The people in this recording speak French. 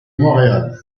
montréal